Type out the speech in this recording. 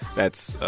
that's